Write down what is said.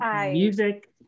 music